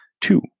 two